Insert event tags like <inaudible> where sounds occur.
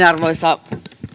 <unintelligible> arvoisa